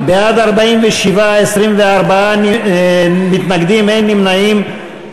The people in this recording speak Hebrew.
בעד, 47, 24 מתנגדים, אין נמנעים.